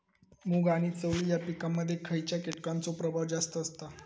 मूग आणि चवळी या पिकांमध्ये खैयच्या कीटकांचो प्रभाव जास्त असता?